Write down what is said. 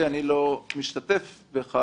אני לא משתתף בה,